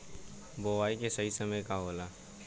बुआई के सही समय का होला?